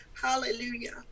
Hallelujah